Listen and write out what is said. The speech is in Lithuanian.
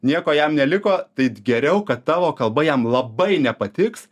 nieko jam neliko tai geriau kad tavo kalba jam labai nepatiks